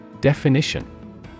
Definition